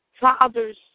Fathers